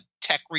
tech